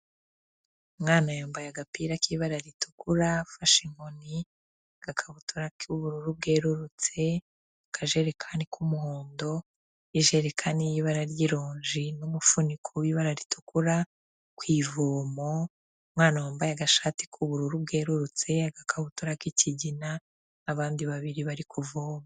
Umwana yambaye agapira k'ibara ritukura afashe inkoni kakabutura k'ubururu bwerurutse mu kajerekani k'umuhondo ijerekani y'ibara ry'uruji n'umufuniko w'ibara ritukura ku ivumo umwana wambaye agashati k'ubururu bwerurutse agakabutura k'ikigina abandi babiri bari kuvoma.